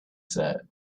said